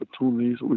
opportunities